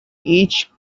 each